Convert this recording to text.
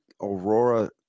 Aurora